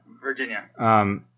Virginia